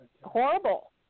horrible